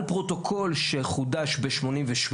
על פרוטוקול שחודש בשנת 1988,